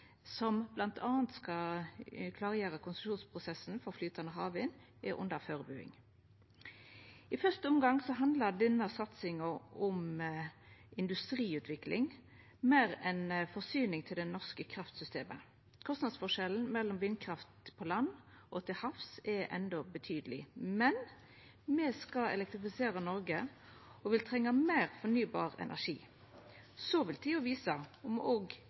som bl.a. skal klargjera konsesjonsprosessen for flytande havvind, er under førebuing. I fyrste omgang handlar denne satsinga om industriutvikling meir enn om forsyning til det norske kraftsystemet. Kostnadsforskjellen mellom vindkraft på land og til havs er enno betydeleg, men me skal elektrifisera Noreg og vil trenga meir fornybar energi. Så vil tida visa om